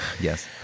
yes